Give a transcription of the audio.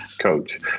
coach